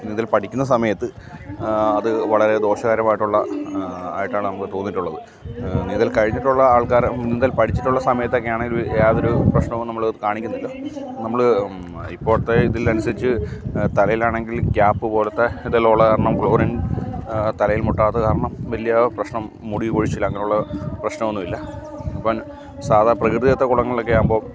നീന്തൽ പഠിക്കുന്ന സമയത്ത് അത് വളരെ ദോഷകരമായിട്ടുള്ള ആയിട്ടാണ് നമുക്ക് തോന്നിയിട്ടുള്ളത് നീന്തൽ കഴിഞ്ഞിട്ടുള്ള ആൾക്കാരെ നീന്തൽ പഠിച്ചിട്ടുള്ള സമയത്തൊക്കെ ആണെങ്കിൽ യാതൊരു പ്രശ്നവും നമ്മൾ കാണിക്കുന്നില്ല നമ്മൾ ഇപ്പോഴത്തെ ഇതിൽ അനുസരിച്ച് തലയിലാണെങ്കിൽ ക്യാപ്പ് പോലെത്തെ ഇതെല്ലാം ഉള്ള കാരണം ക്ലോറിൻ തലയിൽ മുട്ടാത്ത കാർണം വലിയ പ്രശ്നം മുടികൊഴിച്ചിൽ അങ്ങനെയുള്ള പ്രശ്നം ഒന്നും ഇല്ല ഇപ്പോൾ സാധാ പ്രകൃതിദത്ത കുളങ്ങളൊക്കെ ആകുമ്പോൾ